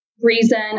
reason